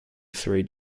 three